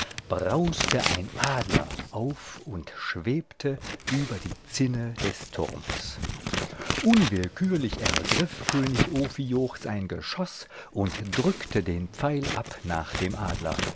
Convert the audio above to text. brauste ein adler auf und schwebte über der zinne des turms unwillkürlich ergriff könig ophioch sein geschoß und drückte den pfeil ab nach dem adler